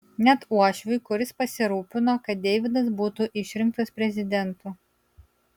net uošviui kuris pasirūpino kad deividas būtų išrinktas prezidentu